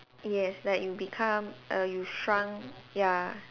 yes that you become err you shrunk ya